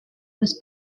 was